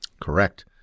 Correct